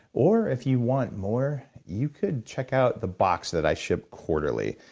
or if you want more, you could check out the box that i ship quarterly.